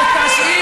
אתה שוביניסט.